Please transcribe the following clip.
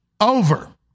over